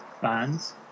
fans